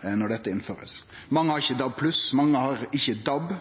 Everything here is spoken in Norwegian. når dette blir innført. Mange har ikkje DAB+, mange har ikkje DAB,